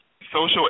social